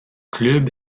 club